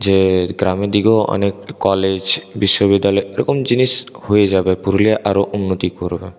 যে গ্রামের দিকেও অনেক কলেজ বিশ্ববিদ্যালয় ওরকম জিনিস হয়ে যাবে পুরুলিয়া আরও উন্নতি করবে